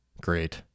Great